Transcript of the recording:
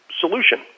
solution